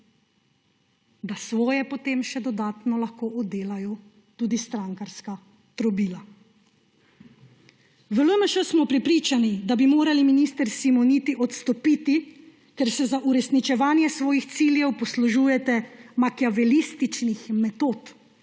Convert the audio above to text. da svoje potem še dodatno lahko oddelajo tudi strankarska trobila. V LMŠ smo prepričani, da bi morali, minister Simoniti, odstopiti, ker se za uresničevanje svojih ciljev poslužujete makiavelističnih metod,